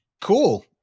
Cool